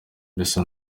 mbese